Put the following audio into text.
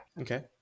okay